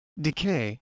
decay